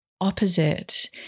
opposite